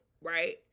right